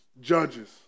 judges